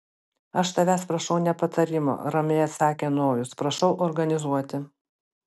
aš tavęs prašau ne patarimo ramiai atsakė nojus prašau organizuoti